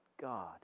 God